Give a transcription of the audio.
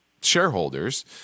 Shareholders